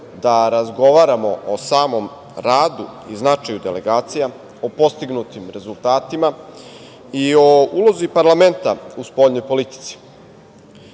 da razgovaramo o samom radu i značaju delegacija, o postignutim rezultatima i o ulozi parlamenta u spoljnoj politici. Na